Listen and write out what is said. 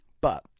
But-